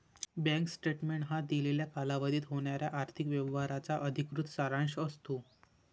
bank statement हा दिलेल्या कालावधीत होणाऱ्या आर्थिक व्यवहारांचा अधिकृत सारांश असतो